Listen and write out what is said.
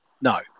no